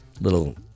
Little